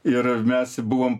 ir mes buvom